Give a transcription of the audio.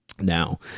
Now